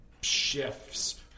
shifts